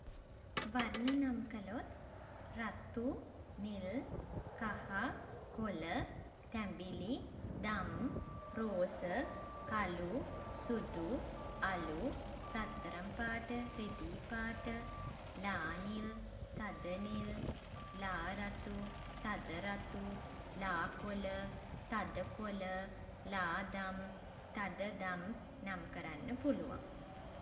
වර්ණ නම් කළොත් රතු නිල් කහ කොළ තැඹිලි දම් රෝස කළු සුදු අළු රත්තරං පාට රිදී පාට ලා නිල් තද නිල් ලා රතු තද රතු ලා කොළ තද කොළ ලා දම් තද දම් නම් කරන්න පුළුවන්.